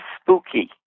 spooky